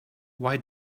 why